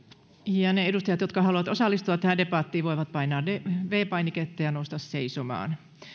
ne edustajat jotka haluavat osallistua tähän debattiin voivat painaa viides painiketta ja nousta seisomaan